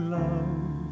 love